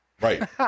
Right